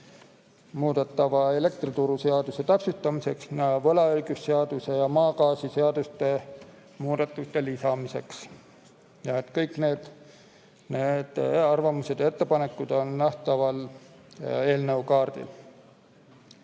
muudetava elektrituruseaduse täpsustamiseks ning võlaõigusseaduse ja maagaasiseaduse muudatuste lisamiseks. Kõik need arvamused ja ettepanekud on nähtavad eelnõu kaardil.